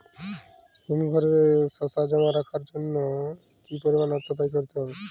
হিমঘরে শসা জমা রাখার জন্য কি পরিমাণ অর্থ ব্যয় করতে হয়?